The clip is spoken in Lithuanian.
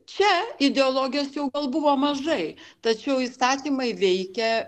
čia ideologijos jau buvo mažai tačiau įstatymai veikė